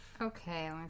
okay